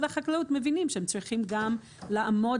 החקלאות מבינים שהם צריכים גם לעמוד.